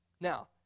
Now